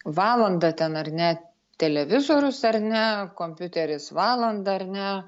valandą ten ar ne televizorius ar ne kompiuteris valandą ar ne